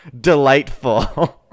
delightful